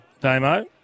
Damo